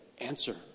answer